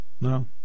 No